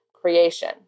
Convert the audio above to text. creation